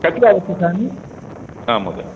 कति आवश्यकानि आम् महोदय